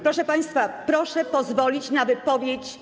Proszę państwa, proszę pozwolić na wypowiedź.